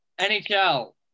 NHL